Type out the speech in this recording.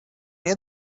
nie